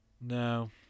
no